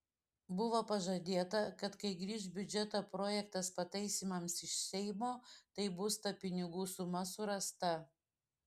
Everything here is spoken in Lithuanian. buvo pažadėta kad kai grįš biudžeto projektas pataisymams iš seimo tai bus ta pinigų suma surasta